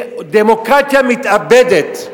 דמוקרטיה מתאבדת,